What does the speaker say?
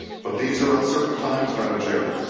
but these are uncertain times madam chair.